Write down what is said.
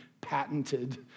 patented